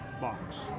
box